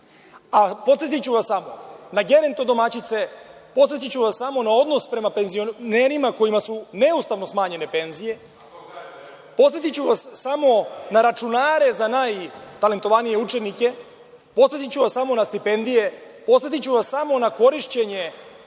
DS.Podsetiću vas samo, na gerento domaćice. Podsetiću vas samo na odnos prema penzionerima kojima su neustavno smanjene penzije. Podsetiću vas samo na računare za najtalentovanije učenike. Podsetiću vas samo na stipendije. Podsetiću vas samo na korišćenje